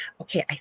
okay